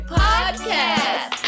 podcast